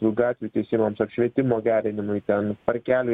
jų gatvių tiesimams apšvietimo gerinimui ten parkelių